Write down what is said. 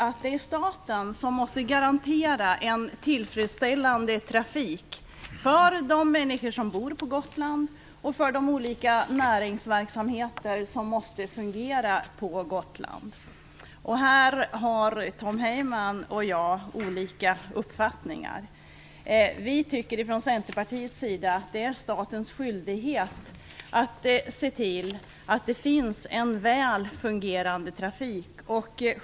Det är enligt vår uppfattning staten som måste garantera en tillfredsställande trafik för de människor som bor på Gotland och för de olika näringsverksamheter på Gotland som måste fungera. Tom Heyman och jag har olika uppfattningar i den här frågan. I Centerpartiet anser vi att det är statens skyldighet att se till att det finns en väl fungerande trafik.